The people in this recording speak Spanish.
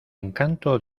encanto